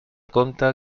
compte